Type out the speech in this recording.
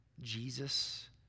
Jesus